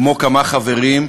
כמו כמה חברים,